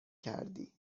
کردی